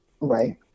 Right